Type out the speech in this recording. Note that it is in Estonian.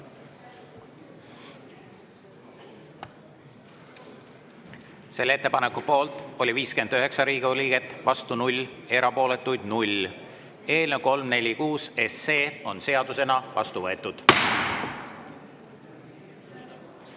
Selle ettepaneku poolt oli 59 Riigikogu liiget, vastu 0, erapooletuid 0. Eelnõu 346 on seadusena vastu võetud.